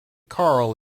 karl